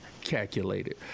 calculated